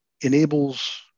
enables